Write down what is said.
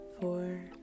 four